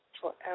forever